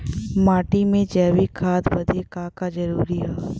माटी में जैविक खाद बदे का का जरूरी ह?